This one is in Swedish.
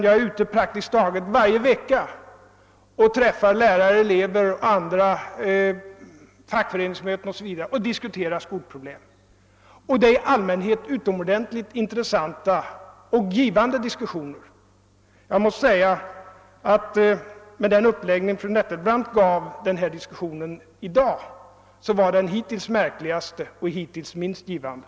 Jag är praktiskt taget ute varje vecka och träffar lärare och elever och deltar i fackföreningsmöten osv. och diskuterar skolproblemen. Det är i allmänhet utomordentligt intressanta och givande diskussioner. Med den uppläggning fru Nettelbrandt gett denna diskussion i dag måste jag säga att det är den hittills märkligaste och hittills minst givande.